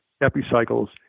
epicycles